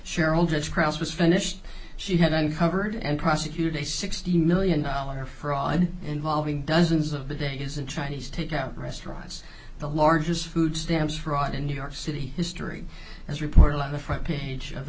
cheryl gets cross was finished she had uncovered and prosecuted a sixty million dollar fraud involving dozens of the days in chinese takeout restaurants the largest food stamps fraud in new york city history as reported on the front page of the